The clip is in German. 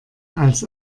als